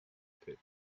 pit